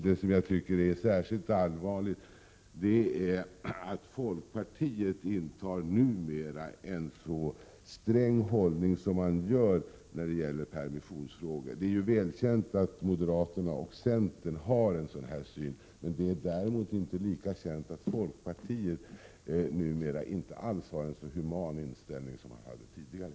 Det som är särskilt allvarligt är att folkpartiet numera intar en så sträng hållning när det gäller permissionsfrågor. Det är välkänt att moderaterna och centern har en sådan syn, men det är däremot inte lika känt att man i folkpartiet numera inte alls har en så human inställning som man hade tidigare.